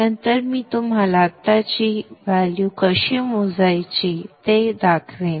नंतर मी तुम्हाला आत्ताची व्हॅल्यूज कशी मोजायची ते दाखवेन